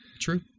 True